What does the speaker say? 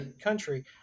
country